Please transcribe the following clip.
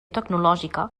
tecnològica